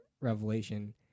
revelation